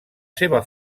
seva